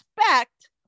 expect